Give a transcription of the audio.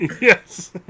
Yes